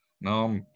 now